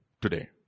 today